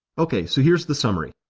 okay so here's the summary.